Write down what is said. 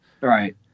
right